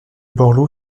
borloo